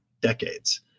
decades